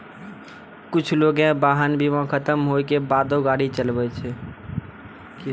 कुछु लोगें वाहन बीमा खतम होय के बादो गाड़ी चलाबै छै